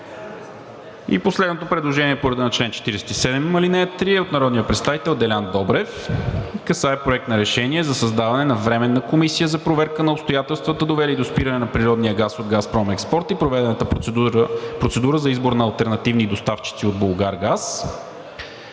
Последното предложение е по реда на чл. 47, ал. 3 от народния представител Делян Добрев и касае Проект на решение за създаване на Временна комисия за проверка на обстоятелствата, довели до спиране на природния газ от „Газпром Експорт“ и проведената процедура за избор на алтернативни доставчици от „Булгаргаз“